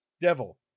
Devil